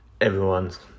Everyone's